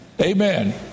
Amen